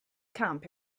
camp